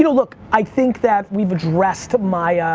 you know look, i think that we've addressed my ah